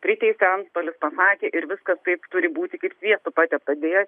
priteisė antstolis pasakė ir viskas taip turi būti kaip sviestu patepta deja